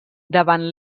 davant